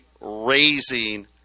raising